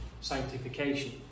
sanctification